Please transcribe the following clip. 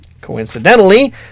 Coincidentally